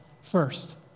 first